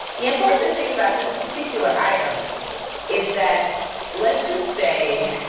the unfortunate thing about this particular item is that let's just say